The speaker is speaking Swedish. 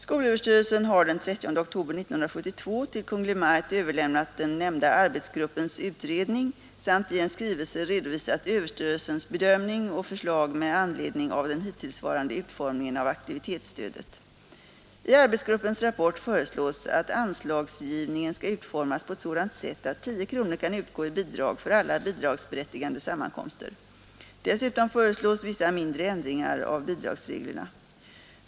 Skolöverstyrelsen har den 30 oktober 1972 till Kungl. Maj:t överlämnat den nämnda arbetsgruppens utredning samt i en skrivelse redovisat överstyrelsens bedömning och förslag med anledning av den hittillsvarande utformningen av aktivitetsstödet. I arbetsgruppens rapport föreslås att anslagsgivningen skall utformas på sådant sätt att 10 kronor kan utgå i bidrag för alla bidragsberättigande sammankomster. Dessutom föreslås vissa mindre ändringar av bidragsreglerna.